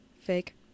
Fake